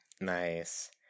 Nice